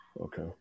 Okay